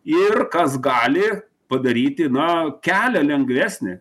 ir kas gali padaryti na kelią lengvesnį